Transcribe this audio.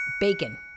Bacon